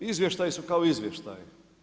Izvještaji su kao izvještaji.